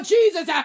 Jesus